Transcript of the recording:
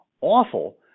awful